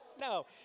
no